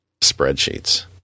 spreadsheets